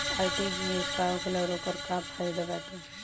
RTGS का होखेला और ओकर का फाइदा बाटे?